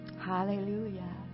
Hallelujah